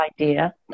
idea